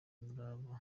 umurava